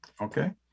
Okay